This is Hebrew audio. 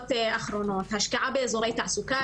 השקעה באזורי תעסוקה,